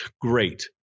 Great